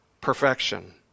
perfection